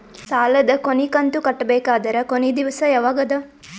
ಸಾಲದ ಕೊನಿ ಕಂತು ಕಟ್ಟಬೇಕಾದರ ಕೊನಿ ದಿವಸ ಯಾವಗದ?